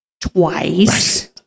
twice